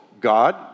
God